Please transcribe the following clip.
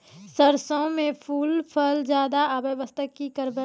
सरसों म फूल फल ज्यादा आबै बास्ते कि करबै?